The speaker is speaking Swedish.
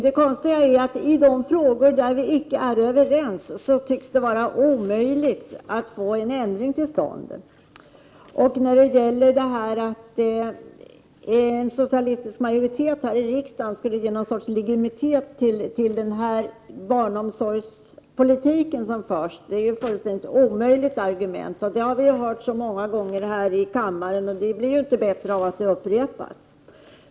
Det konstiga är att det i de frågor där vi inte är överens tycks vara omöjligt att få en ändring till stånd. Att en socialistisk majoritet här i riksdagen skulle ge någon sorts legitimitet till den barnomsorgspolitik som förs är ett fullständigt orimligt argument. Det har vi hört så många gånger här i kammaren, men det blir inte bättre av att det upprepas.